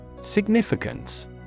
Significance